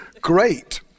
great